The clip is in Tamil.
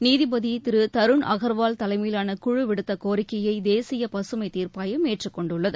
நீதிபதி தருண் அகர்வால் தலைமையிலான குழு விடுத்த கோரிக்கையை தேசிய பசுமை தீர்ப்பாயம் ஏற்றுக் கொண்டுள்ளது